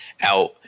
out